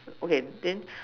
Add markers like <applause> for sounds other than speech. <noise> okay then